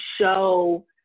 show